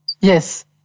Yes